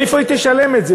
מאיפה היא תשלם את זה?